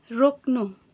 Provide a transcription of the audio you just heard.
रोक्नु